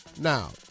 Now